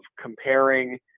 comparing